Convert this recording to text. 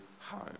home